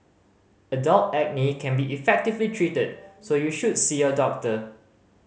adult acne can be effectively treated so you should see your doctor